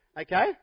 Okay